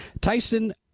Tyson